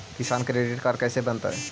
किसान credit card कैसे बनतै?